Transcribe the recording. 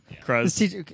Cruz